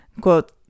quote